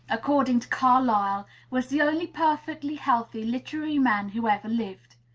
according to carlyle, was the only perfectly healthy literary man who ever lived.